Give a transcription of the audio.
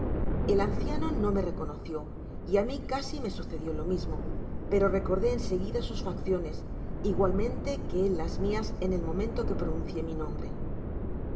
el anciano no me reconocio y á riii casi toé sucedió lo misfflo pero recordé en seguida sus fatfciones igualmente íne él las mías en ét momento qiie pronuncié mi nombre